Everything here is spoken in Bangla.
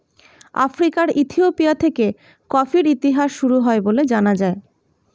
আফ্রিকার ইথিওপিয়া থেকে কফির ইতিহাস শুরু হয় বলে জানা যায়